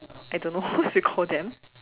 I don't know we call them